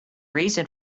reason